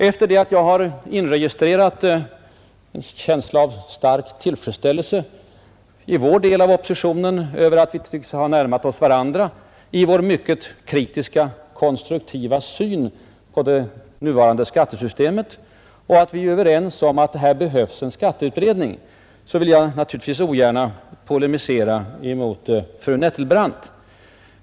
Efter att ha inregistrerat en känsla av stark tillfredsställelse i vår del av oppositionen över att den andra delen tycks ha närmat sig oss i vår mycket kritiska, konstruktiva syn på det nuvarande skattesystemet och över att vi nu är överens om att det behövs en skatteutredning, vill jag naturligtvis ogärna polemisera mot fru Nettelbrandt.